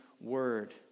word